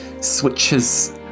Switches